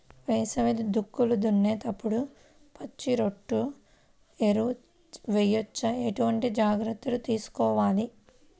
వేసవి దుక్కులు దున్నేప్పుడు పచ్చిరొట్ట ఎరువు వేయవచ్చా? ఎటువంటి జాగ్రత్తలు తీసుకోవాలి?